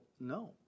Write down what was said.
no